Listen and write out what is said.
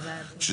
אז